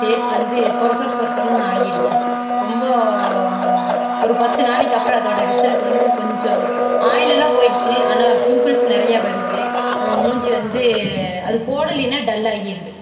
face வந்து சொர சொர சொர சொரன்னு ஆகிருச்சு ரொம்ப ஒரு பத்து நாளைக்கு அப்பறம் அதோட ரிசல்ட் வந்து கொஞ்சம் ஆயிலெல்லாம் போயிடுச்சு ஆனால் பிம்பிள்ஸ் நிறையா வருது மூஞ்சி வந்து அது போடலைனா டல்லாகிடுது